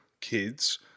kids